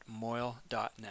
moil.net